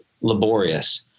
laborious